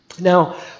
Now